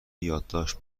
یادداشت